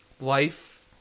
life